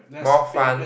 more fun